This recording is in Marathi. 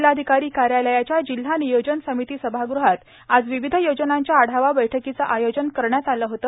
जिल्हाधिकारी कार्यालयाच्या जिल्हा नियोजन समिती सभागृहात आज विविध योजनांच्या आढावा बैठकीचे आयोजन करण्यात आले होते